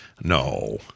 No